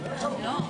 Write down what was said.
--- ארבל,